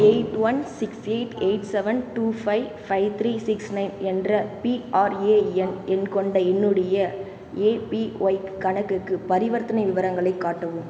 eight one six eight eight seven two five five three six nine என்ற PRAN எண் கொண்ட என்னுடைய APY கணக்குக்கு பரிவர்த்தனை விவரங்களைக் காட்டவும்